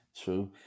True